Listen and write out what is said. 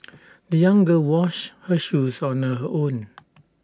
the young girl washed her shoes on her own